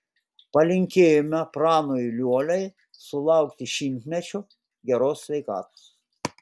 palinkėjome pranui liuoliai sulaukti šimtmečio geros sveikatos